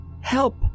Help